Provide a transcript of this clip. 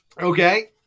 Okay